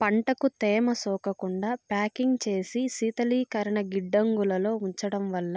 పంటకు తేమ సోకకుండా ప్యాకింగ్ చేసి శీతలీకరణ గిడ్డంగులలో ఉంచడం వల్ల